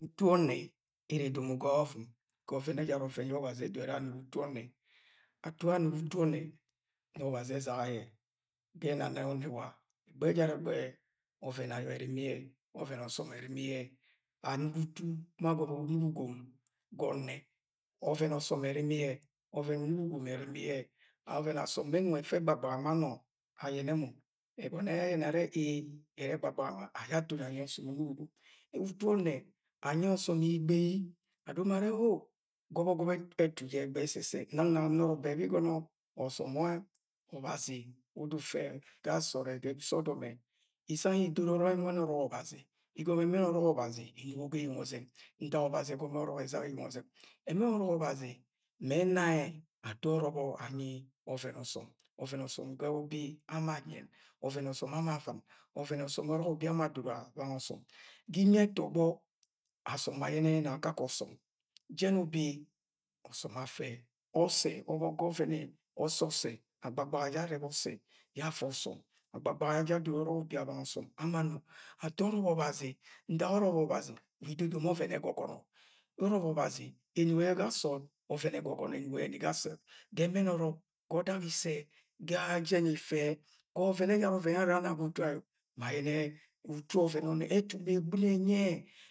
Utu ọnnẹ ere edomo ga ọvọvọm ga ọvẹn ejara ọvẹn yẹ Ọbazi udoro urẹ sẹ anugo utu ọnnẹ. Ato yẹ anugo utu onnẹ nẹ Ọbazi ẹzaga yẹ. Ga ẹnana ọnnẹ wa, ẹgbẹghẹ, ọvẹn ayọ ẹrimi yẹ, ọvẹn ọsọm ẹrimi yẹ. Anugo utu ma agọbọ inuk ugom ga ọnnẹ. Ọvẹn ọsọm ẹrimi yẹ, ọvẹn inuk ugom erimi yẹ. A ọvẹn asọm bẹ ẹnọng ẹfẹ gbagagbaga ma nọ, ayẹ nẹ mọ, egọnọ ayẹnẹ mọ are ee! E̠re̠ e̠gbagagbaga ma nọ awa aton anyi asom emo. Utu ọnnẹ, anyi ọsọm igbei, adoro are̠ O! Gọbọgọbọ ẹtu jẹ gbai ẹsusẹ. Nang na nọrọ bẹ bẹ igọnọ ọsọm wẹ Ọbazi ufẹ ga sood ẹ ga uso ọdọm ẹ Isang idoro ẹmẹn ọrọk Ọbazi, igob ẹmẹn ọrọk Ọbazi inugo ga eyeng ozeng. Ntak Ọbazi ẹgọmọ ọrọk ẹzaga eyeng ọzẹng. Ẹmẹn ọrọk Ọbazi mẹ ena ẹ ato ọrọbọ anyi ọvẹn ọsọm. Ọvẹn ọsọm ga ubi ama ada. Ọvẹn ọsọm ọrọk ubi ama adoro abanga ọsọm Ga imi ẹtọgbọ asọm ma ayẹnẹ na akakẹ ọsọm. Jẹn ubi ọsọm afẹ, ọgẹ, ọbọk ọvẹvẹn ọsẹsẹ, gbagagbaga aja arẹbẹ ọsẹ ye̱ afẹ ọsọm. Agbagagbaga yẹ aja adoro ọrọk ubi abanga ọsọm ama na Ato ọrọbọ Ọbazi, ga ntak ọrọbọ Obazi wa idodomi ọvẹn ẹgọgọno. Ọrọbọ enugo yẹ ga sọọd, ọvẹn egogono enugo yẹni ga sọọd. Ga e̠mẹn ọrọk, ga ọdak isẹ, ga jẹn ife, ga ọvẹn ẹjara ọ̣̣̣vẹn yẹ anara ga utu ayo, ma ayẹnẹ ẹtu ẹgb̵ino ẹnyi ẹ